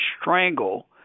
strangle